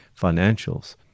financials